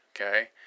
okay